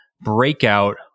breakout